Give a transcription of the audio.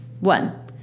One